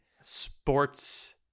sports